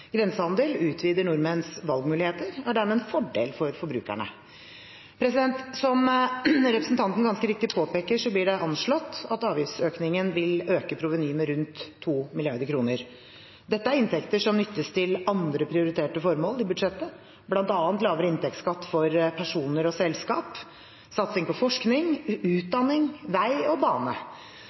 Grensehandel utvider nordmenns valgmuligheter og er dermed en fordel for forbrukerne. Som representanten ganske riktig påpeker, blir det anslått at avgiftsøkningen vil øke provenyen med rundt 2 mrd. kr. Dette er inntekter som nyttes til andre prioriterte formål i budsjettet, bl.a. lavere inntektsskatt for personer og selskap, satsing på forskning og utdanning, vei og bane.